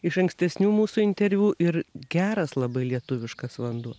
iš ankstesnių mūsų interviu ir geras labai lietuviškas vanduo